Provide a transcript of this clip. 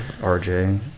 RJ